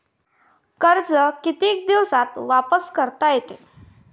कर्ज कितीक दिवसात वापस करता येते?